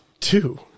Two